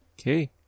okay